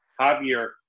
Javier